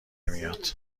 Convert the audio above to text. میاد